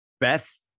Beth